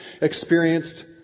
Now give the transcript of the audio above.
experienced